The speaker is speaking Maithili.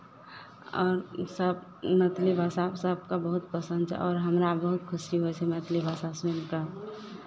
आओरसभ मैथिली भाषा सभके बहुत पसन्द छै आओर हमरा बहुत खुशी होइ छै मैथिली भाषा सुनि कऽ